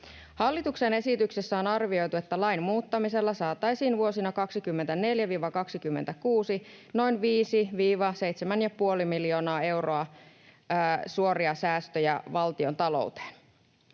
Hallituksen esityksessä on arvioitu, että lain muuttamisella saataisiin vuosina 24—26 noin 5—7,5 miljoonaa euroa suoria säästöjä valtiontalouteen.